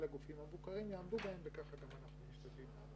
הגופים המבוקרים יעמדו בהם וככה גם אנחנו משתדלים.